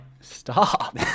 Stop